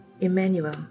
Emmanuel